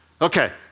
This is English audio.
Okay